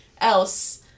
else